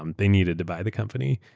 um they needed to buy the company.